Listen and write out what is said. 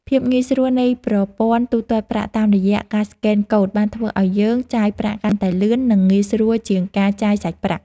ភាពងាយស្រួលនៃប្រព័ន្ធទូទាត់ប្រាក់តាមរយៈការស្កេនកូដបានធ្វើឱ្យយើងចាយប្រាក់កាន់តែលឿន និងងាយស្រួលជាងការចាយសាច់ប្រាក់។